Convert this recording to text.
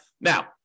Now